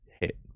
hit